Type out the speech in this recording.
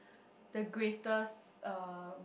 the greatest um